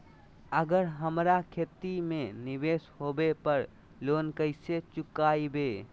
अगर हमरा खेती में निवेस होवे पर लोन कैसे चुकाइबे?